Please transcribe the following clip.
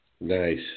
Nice